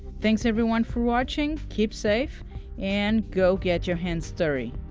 thanks everyone for watching, keep safe and go get your hands dirty!